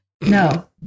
No